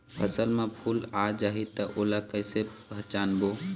फसल म फूल आ जाही त ओला कइसे पहचानबो?